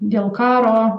dėl karo